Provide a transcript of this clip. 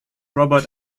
robert